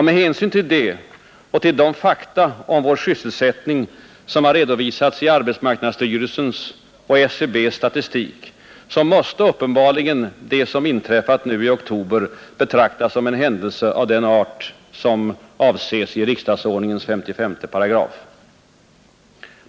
Med hänsyn härtill och till de fakta om vår sysselsättning, som har redovisats i arbetsmarknadsstyrelsens och SCB:s statistik, måste uppenbarligen det som inträffat nu i oktober betraktas som en händelse av den art, som avses i riksdagsordningens 55 8.